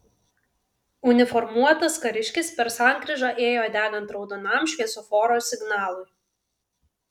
uniformuotas kariškis per sankryžą ėjo degant raudonam šviesoforo signalui